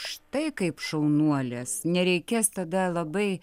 štai kaip šaunuolės nereikės tada labai